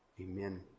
Amen